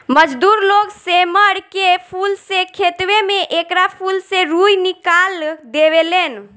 मजदूर लोग सेमर के फूल से खेतवे में एकरा फूल से रूई निकाल देवे लेन